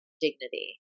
dignity